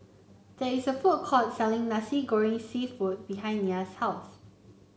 there is a food court selling Nasi Goreng seafood behind Nya's house